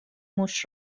موش